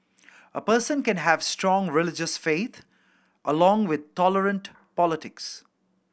a person can have strong religious faith along with tolerant politics